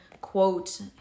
quote